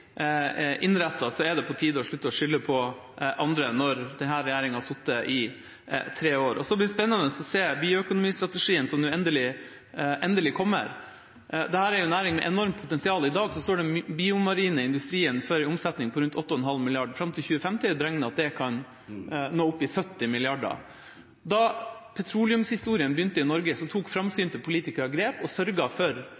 er det på tide å slutte å skylde på andre når denne regjeringa har sittet i tre år. Det blir spennende å se bioøkonomistrategien som endelig kommer. Dette er en næring med et enormt potensial. I dag står den biomarine industrien for en omsetning på rundt 8,5 mrd. kr. Fram til 2050 er det beregnet at det kan nå opp i 70 mrd. kr. Da petroleumshistorien begynte i Norge, tok